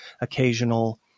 occasional